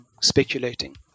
speculating